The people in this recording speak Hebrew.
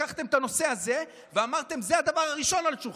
לקחתם את הנושא הזה ואמרתם: זה הדבר הראשון על שולחננו.